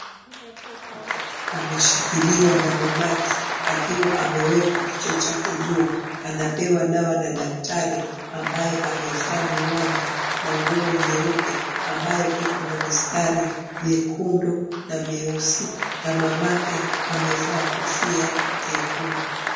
Mtoto ameshikiliwa na mama yake akiwa amewekwa kichwa chake juu. Anapewa dawa daktari ambaye amevaa miwani na nguo nyeupe ambayo iko na mistari mwekundu na mweusi na mama yake amevaa kofia nyekundu.